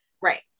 Right